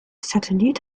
satellit